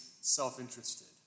self-interested